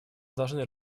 должны